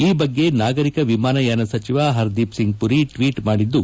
ಈ ಬಗ್ಗೆ ನಾಗರಿಕ ವಿಮಾನಯಾನ ಸಚಿವ ಹರ್ದೀಪ್ ಸಿಂಗ್ ಮರಿ ಟ್ವೀಟ್ ಮಾಡಿದ್ದು